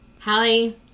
Hallie